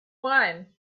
wine